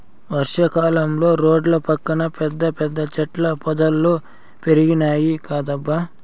వర్షా కాలంలో రోడ్ల పక్కన పెద్ద పెద్ద చెట్ల పొదలు పెరిగినాయ్ కదబ్బా